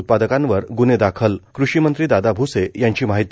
उत्पादकांवर ग्न्हे दाखल कृषी मंत्री दादा भ्से यांची माहिती